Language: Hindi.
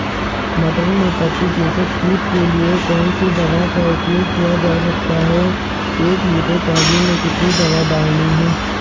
मटर में पत्ती चूसक कीट के लिए कौन सी दवा का उपयोग किया जा सकता है एक लीटर पानी में कितनी दवा डालनी है?